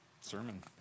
sermon